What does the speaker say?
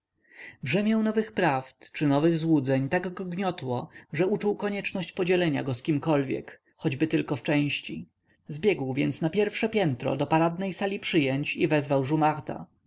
brzemię nowych prawd czy nowych złudzeń tak go gniotło że uczuł konieczność podzielenia go z kimkolwiek choćby tylko w części zbiegł więc na pierwsze piętro do paradnej sali przyjęć i